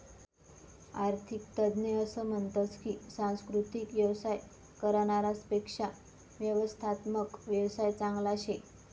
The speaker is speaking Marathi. आरर्थिक तज्ञ असं म्हनतस की सांस्कृतिक येवसाय करनारास पेक्शा व्यवस्थात्मक येवसाय चांगला शे